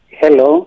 hello